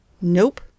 Nope